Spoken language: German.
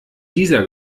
dieser